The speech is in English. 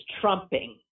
trumping